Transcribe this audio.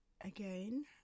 Again